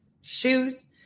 shoes